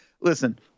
listen